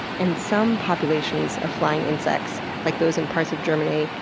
and some populations of flying insects, like those in parts of germany,